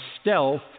stealth